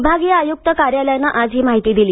विभागीय आयुक्त कार्यालयानं आज ही माहिती दिली